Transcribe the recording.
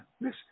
Listen